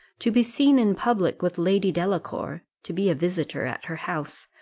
to be seen in public with lady delacour, to be a visitor at her house,